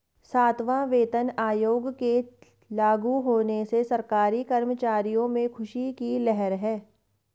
सातवां वेतन आयोग के लागू होने से सरकारी कर्मचारियों में ख़ुशी की लहर है